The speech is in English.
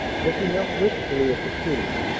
looking up wistfully at the two,